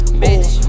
bitch